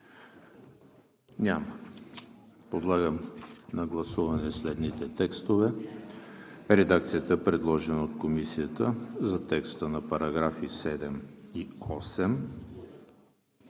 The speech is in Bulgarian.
Няма. Подлагам на гласуване следните текстове: редакцията, предложена от Комисията за текстовете на параграфи 12 и